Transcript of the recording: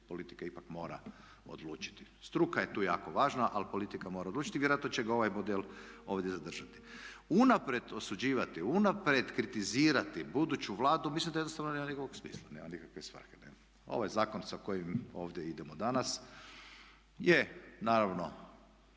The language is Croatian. politika ipak mora odlučiti. Struka je tu jako važna ali politika mora odlučiti i vjerojatno će ga ovaj model ovdje zadržati. Unaprijed osuđivati, unaprijed kritizirati buduću Vladu mislim da jednostavno nema nikakvog smisla, nema nikakve svrhe. Ovaj zakon sa kojim ovdje idemo danas je naravno